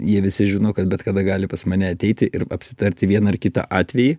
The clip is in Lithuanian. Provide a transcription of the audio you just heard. jie visi žino kad bet kada gali pas mane ateiti ir apsitarti vieną ar kitą atvejį